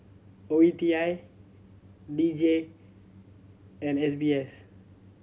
O E T I D J and S B S